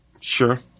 Sure